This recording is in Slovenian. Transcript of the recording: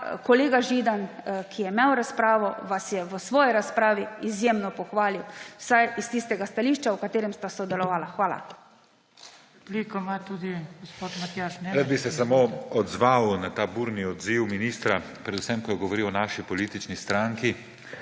kolega Židan, ki je imel razpravo, vas je v svoji razpravi izjemno pohvalil, vsaj s tistega stališča, v katerem sta sodelovala. Hvala.